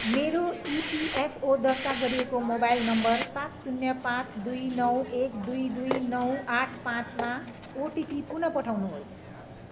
मेरो इपिएफओ दर्ता गरिएको मोबाइल नम्बर सात शून्य पाँच दुई नौ एक दुई दुई नौ आठ पाँचमा ओटिपी पुन पठाउनुहोस्